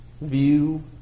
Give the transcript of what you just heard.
view